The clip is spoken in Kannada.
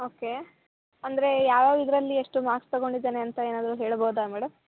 ಓಕೆ ಅಂದರೆ ಯಾವ ಇದರಲ್ಲಿ ಎಷ್ಟು ಮಾರ್ಕ್ಸ್ ತೊಗೊಂಡಿದಾನೆ ಅಂತ ಏನಾದರು ಹೇಳ್ಬೋದಾ ಮೇಡಮ್